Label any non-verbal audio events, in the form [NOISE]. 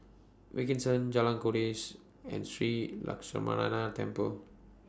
Wilkinson Jalan Kandis and Sri [UNINTELLIGIBLE] Temple